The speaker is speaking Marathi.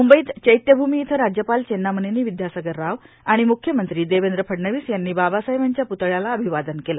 मुंबईत चैत्यभूमी इथं राज्यपाल चेन्नामनेनी विद्यासागर राव आणि म्ख्यमंत्री देवेंद्र फडणवीस यांनी बाबासाहेबांच्या प्तळ्याला अभिवादन केलं